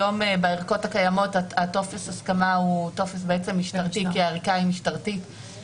היום בערכות הקיימות טופס ההסכמה הוא משטרתי כי הערכה היא משטרתית.